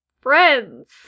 friends